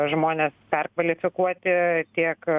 žmones perkvalifikuoti tiek